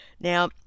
now